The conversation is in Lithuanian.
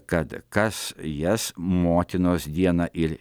kad kas jas motinos dieną ir